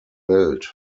welt